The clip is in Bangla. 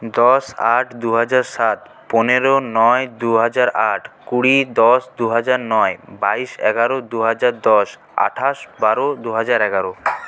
দশ আট দু হাজার সাত পনেরো নয় দু হাজার আট কুড়ি দশ দু হাজার নয় বাইশ এগারো দু হাজার দশ আঠাশ বারো দু হাজার এগারো